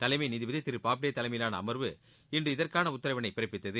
தலைமை நீதிபதி திரு போப்டே தலைமையிலான அமர்வு இன்று இதற்கான உத்தரவிளை பிறப்பித்தது